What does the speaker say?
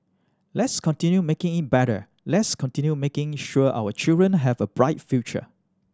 let's continue making better let's continue making sure our children have a bright future